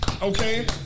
Okay